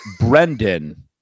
Brendan